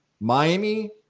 Miami